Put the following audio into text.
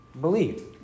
believe